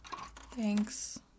Thanks